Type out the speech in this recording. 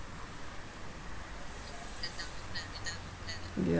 ya